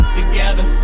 together